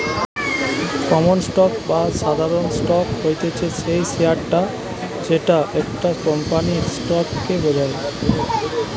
common stock বা সাধারণ stock হতিছে সেই শেয়ারটা যেটা একটা কোম্পানির স্টক কে বোঝায়